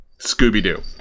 Scooby-Doo